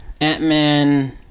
ant-man